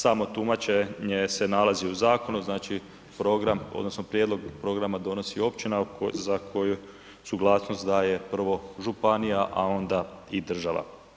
Samo tumačenje se nalazi u zakonu, program odnosno prijedlog programa donosi općina za koju suglasnost daje prvo županija, a onda i država.